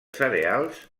cereals